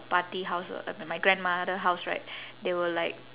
paati house or like my grandmother house right they will like